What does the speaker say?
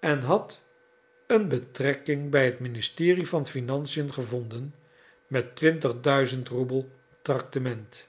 en had een betrekking bij het ministerie van financiën gevonden met twintigduizend roebel tractement